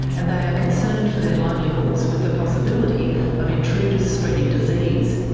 and they are concerned for their livelihoods, with the possibility of intruders spreading disease.